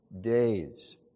days